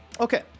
okay